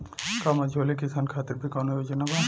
का मझोले किसान खातिर भी कौनो योजना बा?